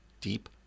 Deep